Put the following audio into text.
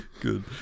Good